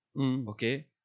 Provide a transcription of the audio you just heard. okay